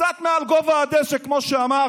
קצת מעל גובה הדשא, כמו שאמר